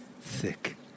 thick